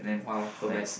!wow! so bad